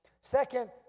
Second